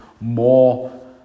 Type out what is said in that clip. more